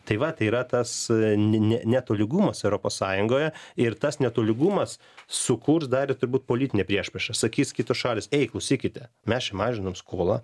tai va tai yra tas ne ne netolygumas europos sąjungoje ir tas netolygumas sukurs dar turbūt politinę priešpriešą sakys kitos šalys ei klausykite mes čia mažinam skolą